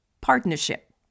partnership